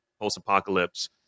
post-apocalypse